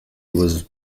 was